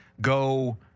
Go